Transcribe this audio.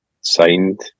signed